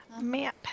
map